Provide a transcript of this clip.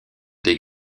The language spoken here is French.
des